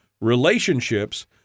relationships